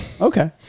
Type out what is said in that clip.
Okay